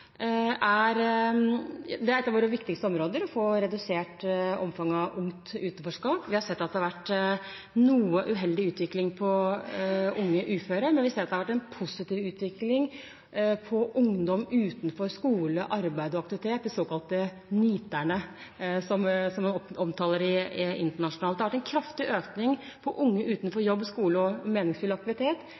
gjelder unge, er et av våre viktigste områder å få redusert omfanget av ungt utenforskap. Vi har sett at det har vært en noe uheldig utvikling når det gjelder unge uføre, men det har vært en positiv utvikling for ungdom utenfor skole, arbeid og aktivitet – de såkalte NEET-erne, som man omtaler det internasjonalt. Det har vært en kraftig økning i antall unge utenfor jobb, skole og meningsfull aktivitet